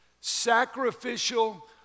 Sacrificial